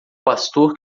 pastor